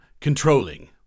controlling